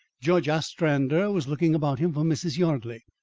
judge ostrander was looking about him for mrs. yardley.